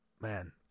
Man